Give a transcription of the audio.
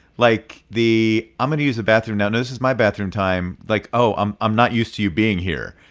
like the, i'm going to use the bathroom now. no, this is my bathroom time. like, oh, i'm i'm not used to you being here.